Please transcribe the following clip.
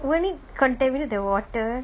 won't it contaminate the water